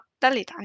dall'Italia